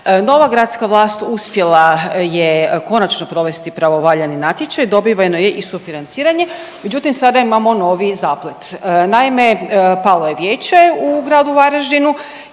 Nova gradska vlast uspjela je konačno provesti pravovaljani natječaj, dobiveno je i sufinanciranje, međutim sada imamo novi zaplet. Naime, palo je vijeće u gradu Varaždinu